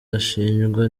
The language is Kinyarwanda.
ashinjwa